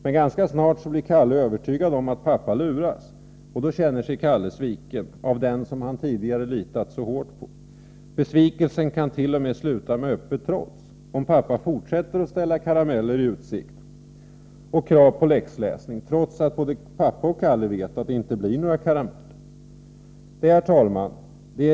Men ganska snart blir Kalle övertygad om att pappa luras, och då känner han sig sviken av den han tidigare litat så mycket på. Besvikelsen kan t.o.m. sluta med öppet trots, om pappa fortsätter att ställa karameller i utsikt och krav på läxläsning, trots att både pappa och Kalle vet att det inte blir några karameller. Herr talman!